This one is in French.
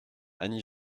annie